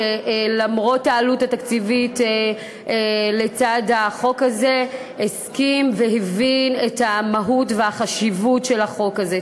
שלמרות העלות התקציבית הסכים והבין את המהות והחשיבות של החוק הזה.